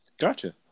gotcha